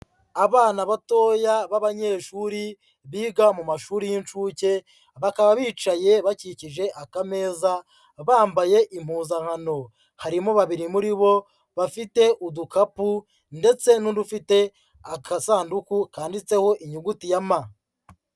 Abana batoya b'abanyeshuri biga mu mashuri y'inshuke, bakaba bicaye bakikije akameza, bambaye impuzankano, harimo babiri muri bo bafite udukapu ndetse n'undi ufite agasanduku kanditseho inyuguti ya m.